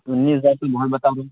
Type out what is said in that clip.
انیس ہزار تو بہت بتا رہے ہو